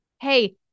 hey